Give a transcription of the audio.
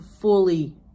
fully